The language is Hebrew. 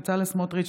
בצלאל סמוטריץ',